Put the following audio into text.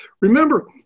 Remember